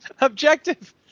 Objective